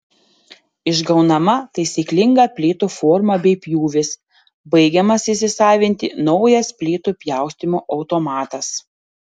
išgaunama taisyklinga plytų forma bei pjūvis baigiamas įsisavinti naujas plytų pjaustymo automatas